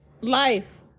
life